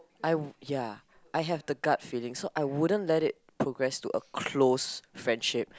I ya I have the gut feeling so I wouldn't let it progress to a close friendship